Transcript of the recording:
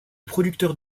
producteur